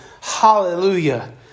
Hallelujah